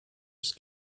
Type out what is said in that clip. ist